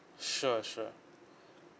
sure sure